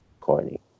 corny